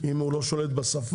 אם הוא לא שולט בשפה,